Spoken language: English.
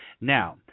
Now